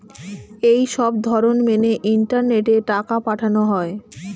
এই সবধরণ মেনে ইন্টারনেটে টাকা পাঠানো হয়